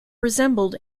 resembled